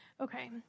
Okay